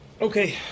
Okay